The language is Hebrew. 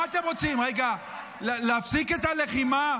מה אתם רוצים, להפסיק את הלחימה?